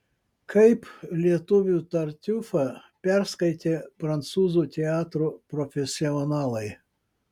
kaip lietuvių tartiufą perskaitė prancūzų teatro profesionalai